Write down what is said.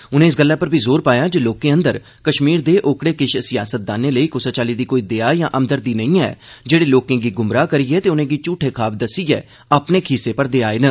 उनें इस गल्लै पर बी जोर पाया जे लोकें अंदर कश्मीर दे ओकड़े किश सियासतदानें लेई कुसा चाल्ली दी कोई दया या हमदर्दी नेई ऐ जेहड़े लोकें गी गुमराह् करियै ते उनें'गी झूठे ख्वाब दस्सियै अपने खीसे भरदे आए न